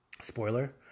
spoiler